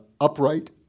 Upright